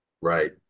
Right